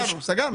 סגרנו, סגרנו.